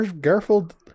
Garfield